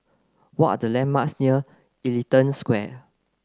what are the landmarks near Ellington Square